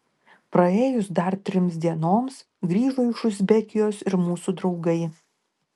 praėjus dar trims dienoms grįžo iš uzbekijos ir mūsų draugai